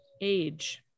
age